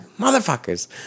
motherfuckers